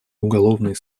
уголовный